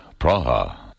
Praha